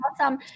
awesome